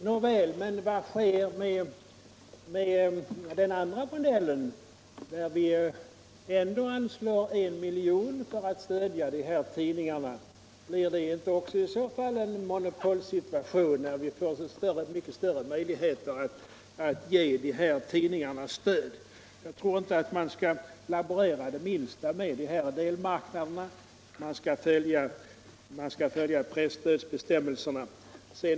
Nåväl, men vad sker då med den andra modellen, där vi ändå anslår 1 milj.kr. för att stödja de här tidningarna? Blir inte också det i så fall en monopolsituation, när invandrarverket får så avsevärt större möjligheter att ge dessa tidningar stöd? Jag tror inte att man bör laborera det minsta med de här delmarknaderna, utan man skall följa presstödsbestämmelserna.